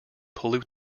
pollute